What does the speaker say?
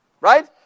Right